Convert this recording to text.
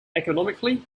economically